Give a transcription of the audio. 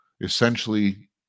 Essentially